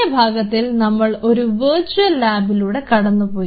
കഴിഞ്ഞ ഭാഗത്തിൽ നമ്മൾ ഒരു വെർച്വൽ ലാബിലൂടെ കടന്നുപോയി